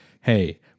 Hey